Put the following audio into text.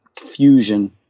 fusion